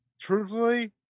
truthfully